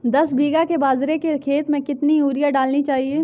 दस बीघा के बाजरे के खेत में कितनी यूरिया डालनी चाहिए?